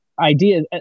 idea